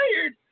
tired